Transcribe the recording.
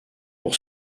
pour